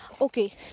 Okay